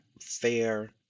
fair